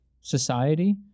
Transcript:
society